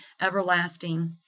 everlasting